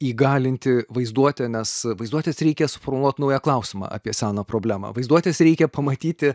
įgalinti vaizduotę nes vaizduotės reikia suformuluot naują klausimą apie seną problemą vaizduotės reikia pamatyti